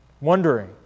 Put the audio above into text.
Wondering